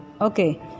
Okay